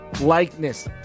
Likeness